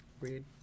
Read